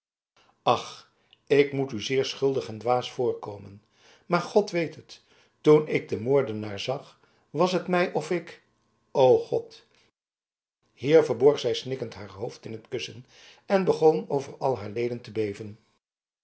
ach ik moet u zeer schuldig en dwaas voorkomen maar god weet het toen ik den moordenaar zag was het mij of ik o god hier verborg zij snikkend haar hoofd in t kussen en begon over al haar leden te beven